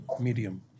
medium